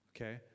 okay